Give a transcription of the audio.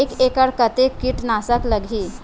एक एकड़ कतेक किट नाशक लगही?